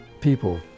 people